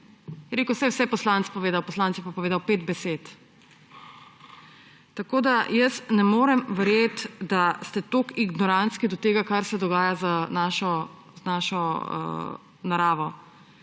Je rekel, saj je vse poslanec povedal, poslanec je pa povedal 5 besed. Tako da jaz ne morem verjet, da ste toliko ignorantski do tega, kar se dogaja z našo naravo.